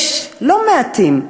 ויש לא מעטים,